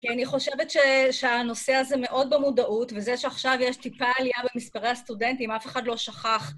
כי אני חושבת שהנושא הזה מאוד במודעות, וזה שעכשיו יש טיפה עלייה במספרי הסטודנטים, אף אחד לא שכח.